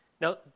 Now